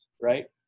right